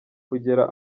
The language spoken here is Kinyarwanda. kugera